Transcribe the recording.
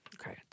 Okay